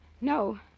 no